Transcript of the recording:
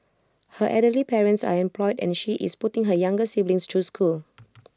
her elderly parents are unemployed and she is putting her younger siblings choose school